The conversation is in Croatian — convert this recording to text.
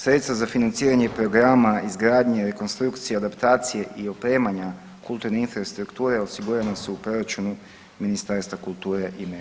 Sredstva za financiranje programa izgradnje rekonstrukcije, adaptacije i opremanja kulturne infrastrukture osigurani su u proračunu Ministarstva kulture i medija.